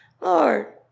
Lord